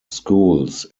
schools